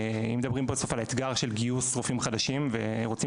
אם מדברים בסוף על האתגר של גיוס רופאים חדשים ורוצים